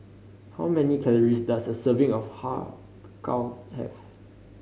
how many calories does a serving of Har Kow have